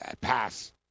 Pass